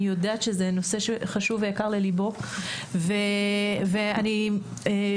אני יודעת שזה נושא שחשוב ויקר לליבו ואני באמת,